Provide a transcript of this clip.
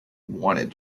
wanted